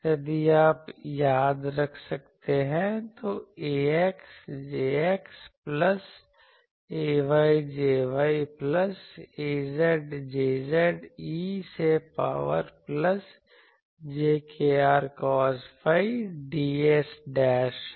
यदि आप याद रख सकते हैं तो ax Jx plus ay Jy plus az Jz e से power plus j kr cos phi ds है